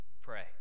Pray